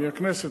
מהכנסת,